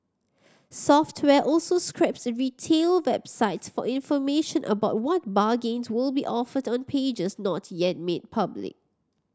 software also scrapes retail websites for information about what bargains will be offered on pages not yet made public